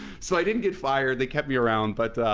so i didn't get fired, they kept me around, but,